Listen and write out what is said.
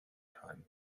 time